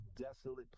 desolate